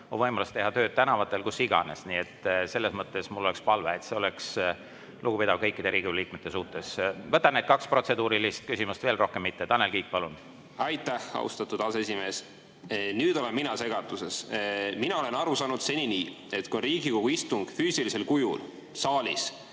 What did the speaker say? on võimalus teha tööd tänavatel, kus iganes. Selles mõttes ma palun olla lugupidav kõikide Riigikogu liikmete suhtes. Võtan kaks protseduurilist küsimust veel, rohkem mitte. Tanel Kiik, palun! Aitäh, austatud aseesimees! Nüüd olen mina segaduses. Mina olen aru saanud seni nii, et kui on Riigikogu istung füüsilisel kujul saalis,